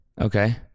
Okay